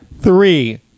Three